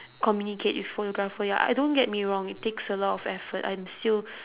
communicate with photographer ya I don't get me wrong it takes a lot of effort I'm still